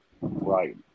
Right